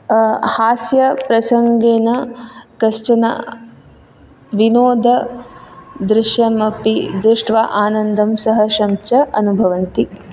हास्यप्रसङ्गेन कश्चनविनोददृश्यमपि दृष्ट्वा आनन्दं सहर्षं च अनुभवन्ति